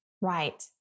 Right